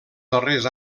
darrers